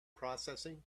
processing